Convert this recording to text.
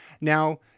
Now